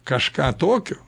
kažką tokio